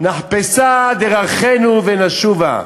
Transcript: נחפשה דרכינו ונשובה.